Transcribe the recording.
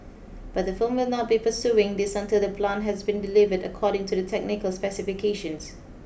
but the firm will not be pursuing this until the plant has been delivered according to the technical specifications